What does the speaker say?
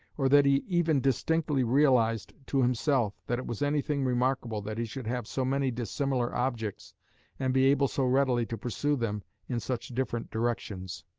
or that he even distinctly realized to himself that it was anything remarkable that he should have so many dissimilar objects and be able so readily to pursue them in such different directions.